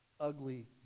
ugly